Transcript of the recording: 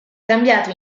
cambiato